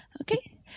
Okay